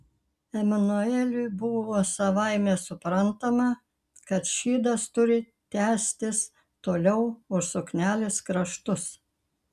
emanueliui buvo savaime suprantama kad šydas turi tęstis toliau už suknelės kraštus